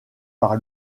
par